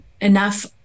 enough